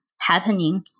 happening